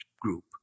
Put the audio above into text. group